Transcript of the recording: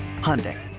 Hyundai